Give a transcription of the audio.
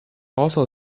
also